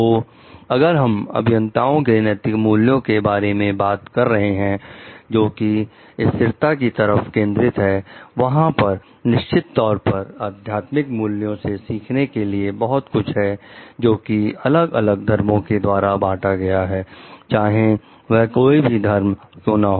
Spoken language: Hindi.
तो अगर हम अभियंताओं के नैतिक मूल्यों के बारे में बात कर रहे हैं जो कि स्थिरता की तरफ केंद्रित है वहां पर निश्चित तौर पर आध्यात्मिक मूल्यों से सीखने के लिए बहुत कुछ है जो कि अलग अलग धर्मों के द्वारा बांटा गया है चाहे वह कोई भी धर्म क्यों ना हो